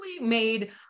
made